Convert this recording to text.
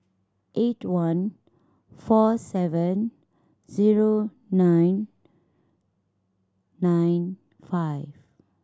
eight one four seven zero nine nine five